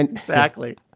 and exactly.